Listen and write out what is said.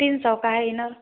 तीन सौ का है इनर